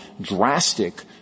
drastic